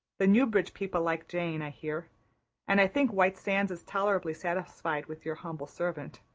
the newbridge people like jane, i hear and i think white sands is tolerably satisfied with your humble servant.